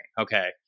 okay